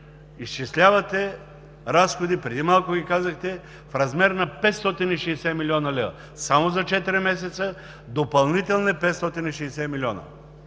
изчислявате разходи, преди малко ги казахте, в размер на 560 млн. лв. Само за четири месеца допълнителни 560 млн.